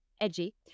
edgy